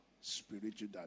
spiritual